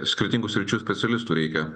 skirtingų sričių specialistų reikia